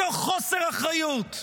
מתוך חוסר אחריות.